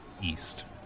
east